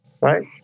right